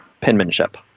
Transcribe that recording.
penmanship